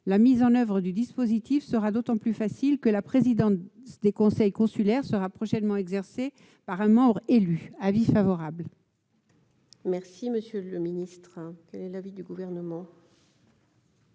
La mise en oeuvre de ce dispositif sera d'autant plus facile que la présidence des conseils consulaires sera prochainement exercée par un membre élu. L'avis de la commission est donc favorable. Quel est l'avis du Gouvernement ?